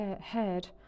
head